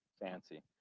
fancy